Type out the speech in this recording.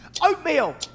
Oatmeal